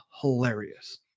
hilarious